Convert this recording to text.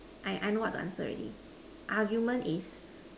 I I know what the answer already argument is